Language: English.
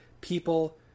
people